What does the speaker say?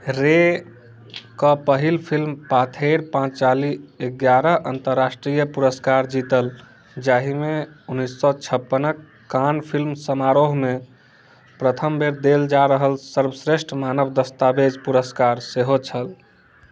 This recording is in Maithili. रे के पहिल फिल्म पाथेर पाञ्चाली एगारह अन्तर्राष्ट्रीय पुरस्कार जितल जाहिमे उनैस सओ छप्पनके कान फिल्म समारोहमे प्रथम बेर देल जा रहल सर्वश्रेष्ठ मानव दस्तावेज पुरस्कार सेहो छल